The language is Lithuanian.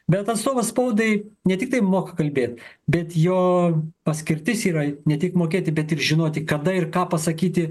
bet atstovas spaudai ne tiktai moka kalbėt bet jo paskirtis yra ne tik mokėti bet ir žinoti kada ir ką pasakyti